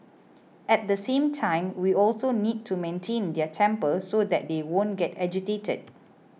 at the same time we also need to maintain their temper so that they won't get agitated